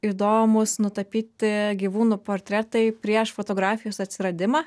įdomūs nutapyti gyvūnų portretai prieš fotografijos atsiradimą